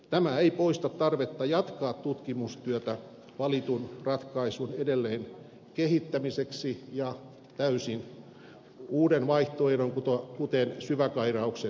tämä ei poista tarvetta jatkaa tutkimustyötä valitun ratkaisun edelleen kehittämiseksi ja täysin uuden vaihtoehdon kuten syväkairauksen selvittämiseksi